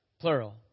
Plural